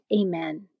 Amen